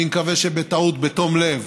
אני מקווה שבטעות, בתום לב,